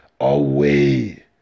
away